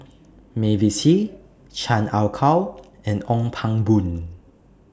Mavis Hee Chan Ah Kow and Ong Pang Boon